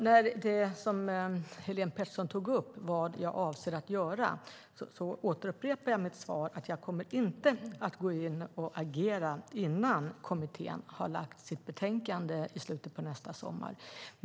När det gäller det som Helene Petersson tog upp om vad jag avser att göra upprepar jag mitt svar att jag inte kommer att gå in och agera innan kommittén har lagt fram sitt betänkande i slutet av nästa sommar.